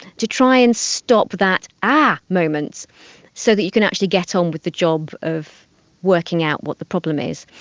to try and stop that argh ah moment so that you can actually get on with the job of working out what the problem is.